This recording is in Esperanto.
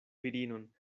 virinon